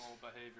behavior